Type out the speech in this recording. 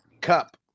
Cup